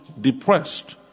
depressed